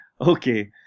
Okay